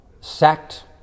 sacked